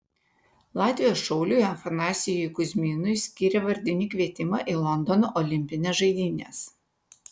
latvijos šauliui afanasijui kuzminui skyrė vardinį kvietimą į londono olimpines žaidynes